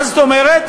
מה זאת אומרת?